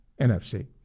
NFC